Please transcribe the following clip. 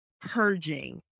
purging